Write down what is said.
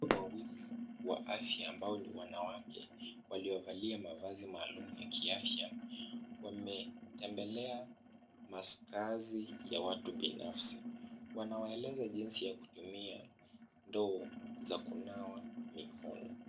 Wahudumu wawili wa afya ambao ni wanawake, waliovalia mavazi maalum ya kiafya, wametembelea makazi ya watu binafsi. Wanawaelezea jinsi ya kutumia ndoo za kunawa mikono.